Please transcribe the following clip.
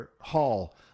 Hall